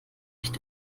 nicht